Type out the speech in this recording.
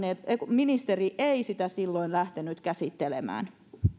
ministeri ei sitä silloin lähtenyt käsittelemään